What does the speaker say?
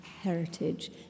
heritage